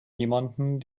jemanden